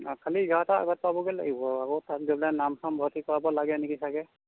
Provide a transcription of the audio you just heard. অ খালী এঘাৰটাৰ আগত পাবগৈ লাগিব আকৌ তাত গৈ পেলাই নাম চাম ভৰ্তি কৰাব লাগে নেকি চাগৈ